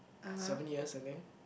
seven years I think